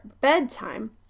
bedtime